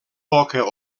poca